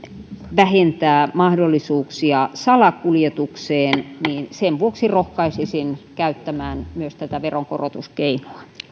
vähentää mahdollisuuksia salakuljetukseen niin sen vuoksi rohkaisisin käyttämään myös tätä veronkorotuskeinoa